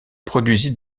produisit